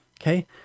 okay